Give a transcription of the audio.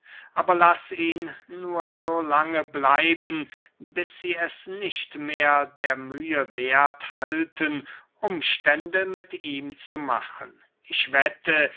aber laß ihn nur so lange bleiben bis sie es nicht mehr der mühe werth halten umstände mit ihm zu machen ich wette